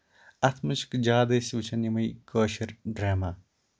اَتھ منٛز چھِ زیادٕ وٕچھان أسۍ یِمے کٲشِر ڈراما